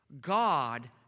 God